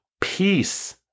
Peace